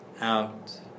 Out